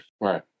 Right